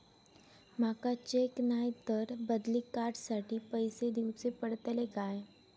माका चेक नाय तर बदली कार्ड साठी पैसे दीवचे पडतले काय?